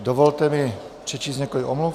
Dovolte mi přečíst několik omluv.